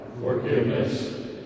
forgiveness